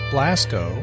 Blasco